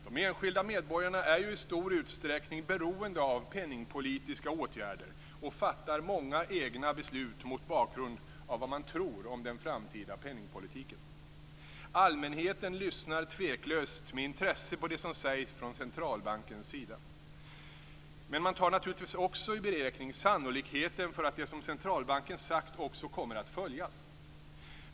De enskilda medborgarna är ju i stor utsträckning beroende av penningpolitiska åtgärder och fattar många egna beslut mot bakgrund av vad de tror om den framtida penningpolitiken. Allmänheten lyssnar tveklöst med intresse på det som sägs från centralbankens sida. Men man tar naturligtvis också i beräkning sannolikheten för att det som centralbanken sagt också kommer att följas.